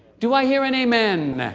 do i hear an amen?